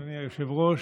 אדוני היושב-ראש.